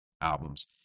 albums